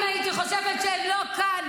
אם הייתי חושבת שאת לא כאן,